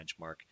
benchmark